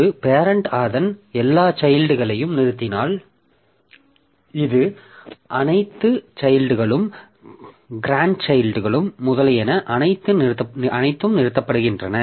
ஒரு பேரெண்ட் அதன் எல்லா சைல்ட்களையும் நிறுத்தினால் இது அனைத்து சைல்ட்களும் க்ராண்ட்சைல்ட்கள் முதலியன அனைத்தும் நிறுத்தப்படுகின்றன